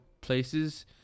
places